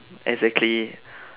exactly